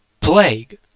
plague